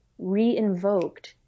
reinvoked